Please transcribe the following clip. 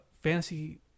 fantasy